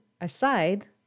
aside